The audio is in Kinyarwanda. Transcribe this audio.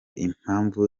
impamvu